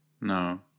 No